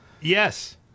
Yes